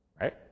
Right